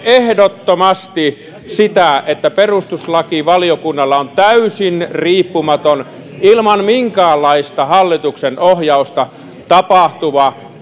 ehdottomasti sitä että perustuslakivaliokunnalla on täysin riippumaton ilman minkäänlaista hallituksen ohjausta tapahtuva